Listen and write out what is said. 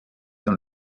dans